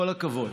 כל הכבוד.